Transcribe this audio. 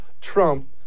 Trump